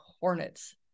hornets